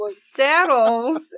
saddles